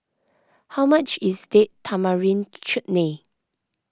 how much is Date Tamarind Chutney